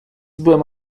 byłem